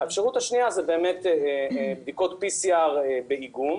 האפשרות השנייה זה בדיקות PCR באיגום.